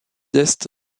est